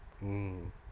mm